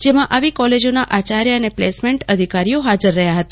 જેમાં આવી કોલેજોના આચાર્ય અને પ્લેસમેન્ટ અધિકારીઓ હાજર રહ્યા હતા